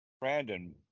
Brandon